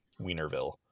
Wienerville